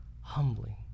humbling